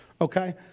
Okay